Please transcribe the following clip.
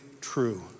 true